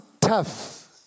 tough